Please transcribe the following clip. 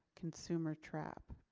consumer trap?